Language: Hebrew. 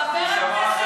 תודה שבאת.